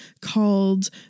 called